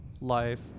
life